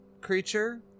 creature